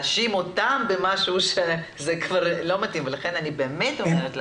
הקשבתי